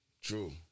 True